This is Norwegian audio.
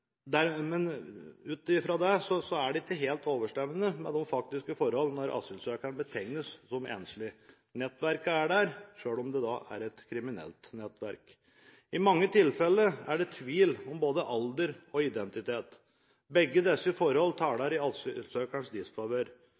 der, selv om det da er et kriminelt nettverk. I mange tilfeller er det tvil om både alder og identitet. Begge disse forhold taler i asylsøkerens disfavør.